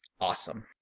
awesome